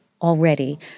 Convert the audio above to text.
already